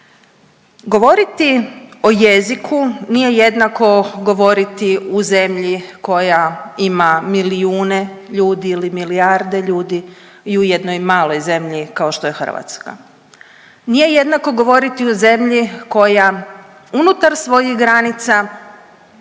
Govoriti o jeziku nije jednako govoriti u zemlji koja ima milijune ljude ili milijarde ljudi i u jednoj maloj zemlji kao što je Hrvatska. Nije jednako govoriti u zemlji koja unutar svojih granica